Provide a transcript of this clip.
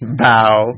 bow